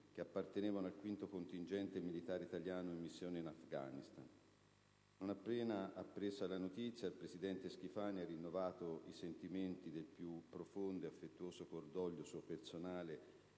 appartenenti al 5° Reggimento Alpini, impegnato in missione in Afghanistan. Non appena appresa la notizia, il presidente Schifani ha rinnovato i sentimenti del più profondo e affettuoso cordoglio, suo personale